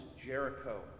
Jericho